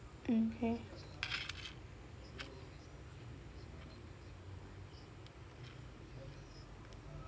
mm K